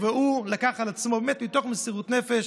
והוא לקח על עצמו, באמת מתוך מסירות נפש,